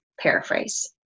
paraphrase